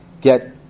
get